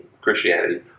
Christianity